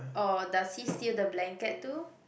or does he steal the blanket too